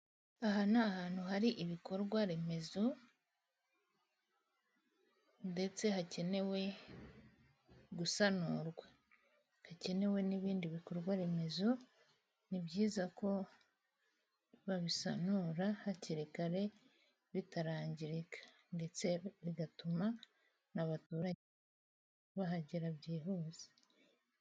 Aha ni ahantu hari ibikorwa remezo ndetse hakenewe gusanurwa. Hakenewe n'ibindi bikorwa remezo, ni byiza ko babisanura hakiri kare bitarangirika. Ndetse bigatuma abaturage bahagera byihuse.